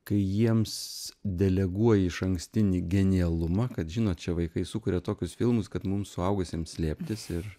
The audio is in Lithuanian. kai jiems deleguoji išankstinį genialumą kad žinot čia vaikai sukuria tokius filmus kad mums suaugusiems slėptis ir